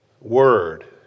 word